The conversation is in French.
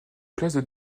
classent